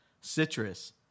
citrus